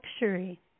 luxury